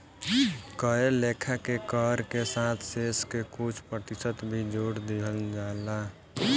कए लेखा के कर के साथ शेष के कुछ प्रतिशत भी जोर दिहल जाला